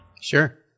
Sure